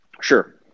Sure